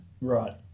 right